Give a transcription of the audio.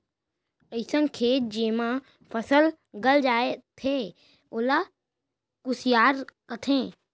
अइसन खेत जेमा फसल गल जाथे ओला खुसियार कथें